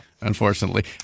Unfortunately